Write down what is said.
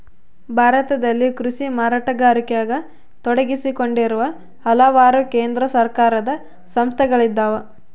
ಭಾರತದಲ್ಲಿ ಕೃಷಿ ಮಾರಾಟಗಾರಿಕೆಗ ತೊಡಗಿಸಿಕೊಂಡಿರುವ ಹಲವಾರು ಕೇಂದ್ರ ಸರ್ಕಾರದ ಸಂಸ್ಥೆಗಳಿದ್ದಾವ